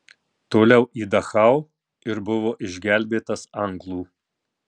toliau į dachau ir buvo išgelbėtas anglų